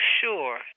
sure